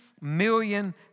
million